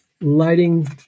lighting